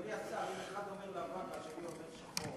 אדוני השר, אם אחד אומר לבן והשני אומר שחור,